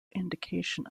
indication